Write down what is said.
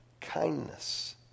kindness